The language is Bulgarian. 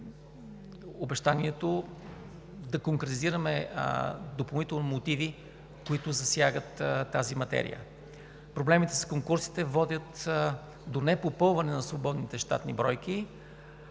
допълнително да конкретизираме мотиви, които засягат тази материя. Проблемите с конкурсите водят до непопълване на свободните щатни бройки,